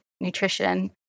nutrition